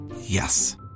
Yes